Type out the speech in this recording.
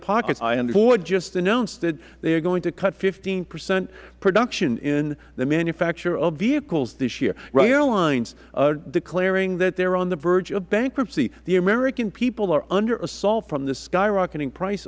pockets ford just announced that they are going to cut fifteen percent production in the manufacture of vehicles this year airlines are declaring that they are on the verge of bankruptcy the american people are under assault from the skyrocketing price